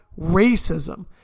racism